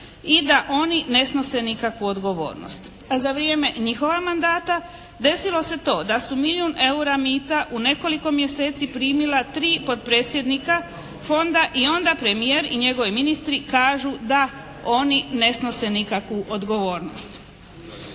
i da oni ne snose nikakvu odgovornost. A za vrijeme njihova mandata desilo se to da su milijun eura mita u nekoliko mjeseci primila 3 potpredsjednika Fonda i onda premijer i njegovi ministri kažu da oni ne snose nikakvu odgovornost.